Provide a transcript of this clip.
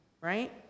right